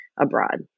abroad